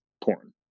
porn